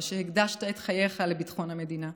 והקדשת את חייך לביטחון המדינה,